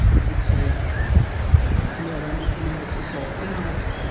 i would say and they're under tremendous assault, now,